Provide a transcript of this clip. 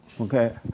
Okay